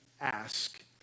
ask